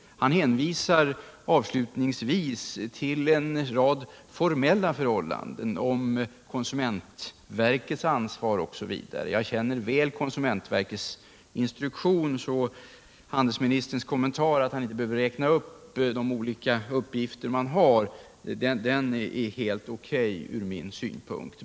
Han hänvisar avslutningsvis till en rad formella förhållanden — om konsumentverkets ansvar osv. Jag känner väl till konsumentverkets instruktion. Handelsministerns kommentar att han inte behöver räkna upp de olika uppgifter verket har är därför helt O. K. från min synpunkt.